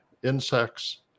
insects